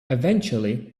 eventually